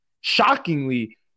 shockingly